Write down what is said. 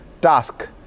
task